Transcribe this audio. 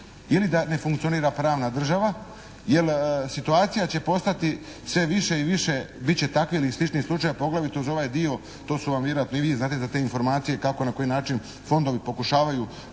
ili da ne funkcionira pravna država, jer situacija će postati sve više i više bit će takvih ili sličnih slučajeva, poglavito uz ovaj dio, to su vam vjerojatno i vi znate za te informacije kako i na koji način fondovi pokušavaju